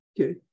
Okay